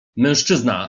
mężczyzna